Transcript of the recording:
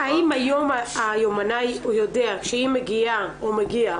האם היום היומנאי יודע שאם מגיעה או מגיע,